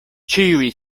ĉiuj